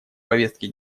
повестке